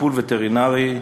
וטיפול וטרינרי,